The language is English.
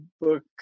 book